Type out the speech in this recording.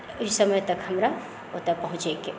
ई समय तक हमरा ओतऽ पहुँचैके